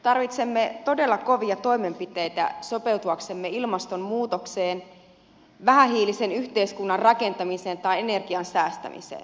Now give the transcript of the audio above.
tarvitsemme todella kovia toimenpiteitä sopeutuaksemme ilmastonmuutokseen vähähiilisen yhteiskunnan rakentamiseen tai energian säästämiseen